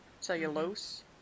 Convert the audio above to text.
Cellulose